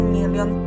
million